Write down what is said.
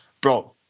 Bro